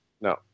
no